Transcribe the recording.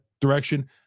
direction